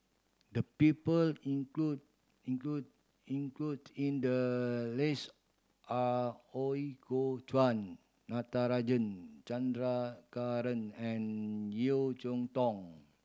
the people included included included in the list are Ooi Kok Chuen Natarajan Chandrasekaran and Yeo Cheow Tong